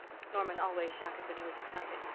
norman always shouted when he was excited.